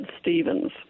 Stevens